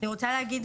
אני רוצה להגיד,